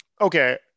Okay